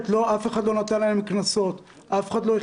קנסות ודואגים לאכיפה יותר קשוחה וקשיחה נגד הקורונה,